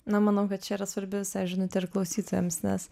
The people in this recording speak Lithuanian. na manau kad čia yra svarbi visai žinutė ir klausytojams nes